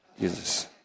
Jesus